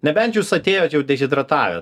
nebent jūs atėjot jau dehidratavę